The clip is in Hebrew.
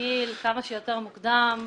בגיל כמה שיותר מוקדם.